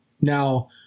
now